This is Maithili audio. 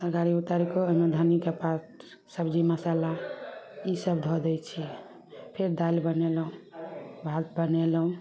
तरकारी उतारि कऽ ओहिमे धन्नीके पात सब्जी मसल्ला ई सभ धऽ दै छी फेर दालि बनेलहुॅं भात बनेलहुॅं